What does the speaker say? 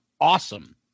awesome